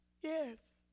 Yes